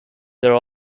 there